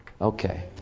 Okay